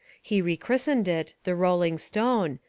he rechristened it the rolling stone,